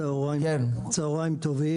צהריים טובים.